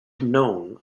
known